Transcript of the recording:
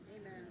Amen